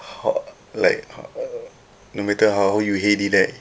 how like uh no matter how you hate it right